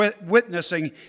witnessing